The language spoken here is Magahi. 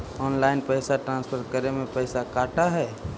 ऑनलाइन पैसा ट्रांसफर करे में पैसा कटा है?